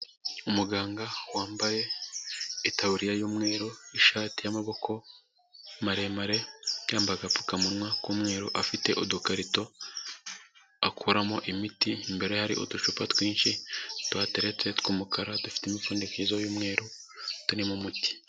Umuganga wambaye itaburiya y'umweru, ishati y'amaboko maremare, yambaye agapfukamunwa k'umweru, afite udukarito akuramo imiti, imbere ye hari uducupa twinshi tuhateretse tw'umukara, dufite imifundikizo y'umweru turimo umuti.